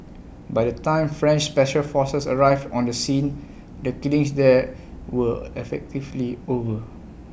by the time French special forces arrived on the scene the killings there were effectively over